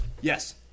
Yes